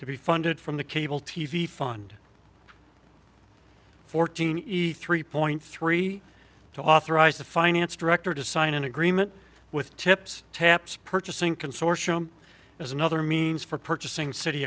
to be funded from the cable t v fund fourteen ethe reporting three to authorize the finance director to sign an agreement with tips taps purchasing consortium as another means for purchasing city